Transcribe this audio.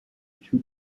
too